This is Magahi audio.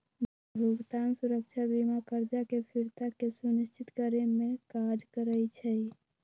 भुगतान सुरक्षा बीमा करजा के फ़िरता के सुनिश्चित करेमे काज करइ छइ